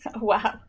Wow